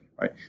right